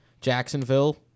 Jacksonville